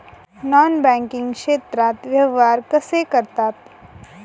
Non banking क्षेत्रात व्यवहार कसे करतात?